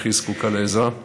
הכי זקוקה לעזרה.